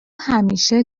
همیشه